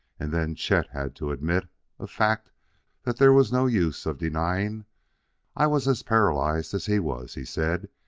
and then chet had to admit a fact there was no use of denying i was as paralyzed as he was, he said,